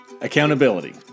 Accountability